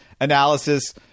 analysis